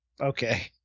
Okay